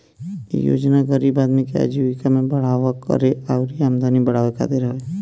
इ योजना गरीब आदमी के आजीविका में बढ़ावा करे अउरी आमदनी बढ़ावे खातिर हवे